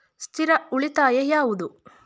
ಸ್ಥಿರ ಉಳಿತಾಯ ಯಾವುದು?